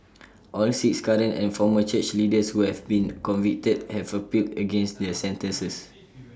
all six current and former church leaders who have been convicted have appealed against their sentences